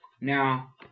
now